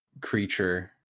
creature